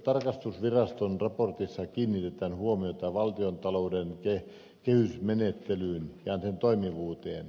tarkastusviraston raportissa kiinnitetään huomiota valtiontalouden kehysmenettelyyn ja sen toimivuuteen